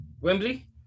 Wembley